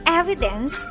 evidence